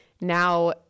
Now